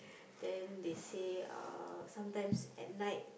then they say uh sometimes at night